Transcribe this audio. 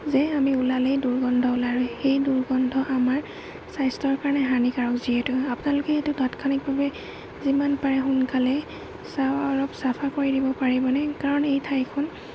যে আমি ওলালেই দুৰ্গন্ধ ওলায় সেই দুৰ্গন্ধ আমাৰ স্বাস্থ্যৰ কাৰণে হানিকাৰক যিহেতু আপোনালোকে সেইটো তাৎক্ষণিকভাৱে যিমান পাৰে সোনকালে চাই অলপ চাফা কৰি দিব পাৰিবনে কাৰণ এই ঠাইখন